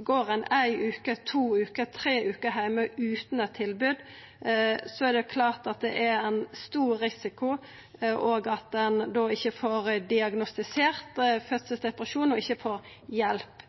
Går ein ei veke, to veker, tre veker heime utan eit tilbod, er det òg ein stor risiko for at ein ikkje får diagnostisert fødselsdepresjon og ikkje får hjelp.